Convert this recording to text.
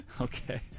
Okay